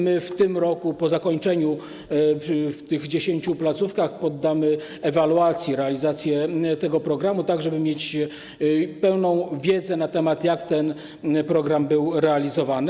My w tym roku, po zakończeniu programu w tych 10 placówkach, poddamy ewaluacji realizację tego programu, tak żeby mieć pełną wiedzę na temat tego, jak ten program był realizowany.